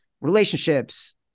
relationships